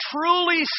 truly